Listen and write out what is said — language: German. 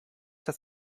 das